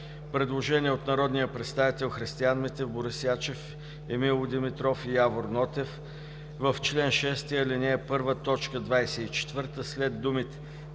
Предложение от народните представители Христиан Митев, Борис Ячев, Емил Димитров и Явор Нотев: „В чл. 6, ал. 1, т. 24 след думите